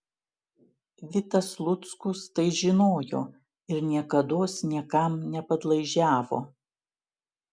vitas luckus tai žinojo ir niekados niekam nepadlaižiavo